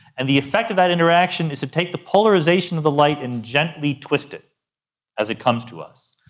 and the effect of that interaction is to take the polarisation of the light and gently twist it as it comes to us.